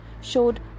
Showed